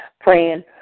praying